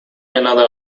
another